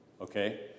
Okay